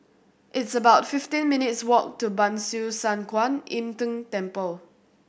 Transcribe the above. it's about fifteen minutes' walk to Ban Siew San Kuan Im Tng Temple